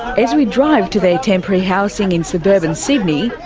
as we drive to their temporary housing in suburban sydney,